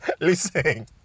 listen